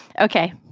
Okay